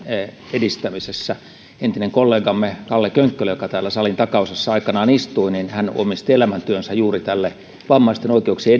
edistämisessä entinen kollegamme kalle könkkölä joka täällä salin takaosassa aikanaan istui omisti elämäntyönsä juuri tälle vammaisten oikeuksien